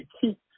keep